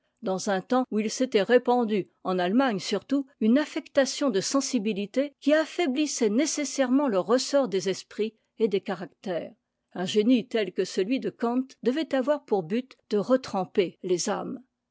dans un temps où il s'était répandu en allemagne surtout une affectation de sensibilité qui affaiblissait nécessairement le ressort des esprits et des caractères un génie tel que celui de kant devait avoir pour but de retremper les âmes